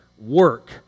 work